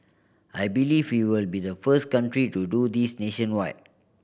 I believe we will be the first country to do this nationwide